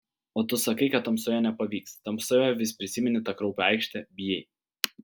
o tu sakai kad tamsoje nepavyks tamsoje vis prisimeni tą kraupią aikštę bijai